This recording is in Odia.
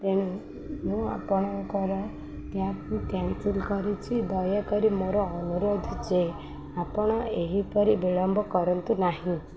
ତେଣୁ ମୁଁ ଆପଣଙ୍କର କ୍ୟାବକୁ କ୍ୟାାନସେଲ କରିଛି ଦୟାକରି ମୋର ଅନୁରୋଧ ଯେ ଆପଣ ଏହିପରି ବିଳମ୍ବ କରନ୍ତୁ ନାହିଁ